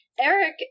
Eric